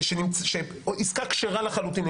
עסקה כשרה לחלוטין,